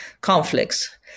conflicts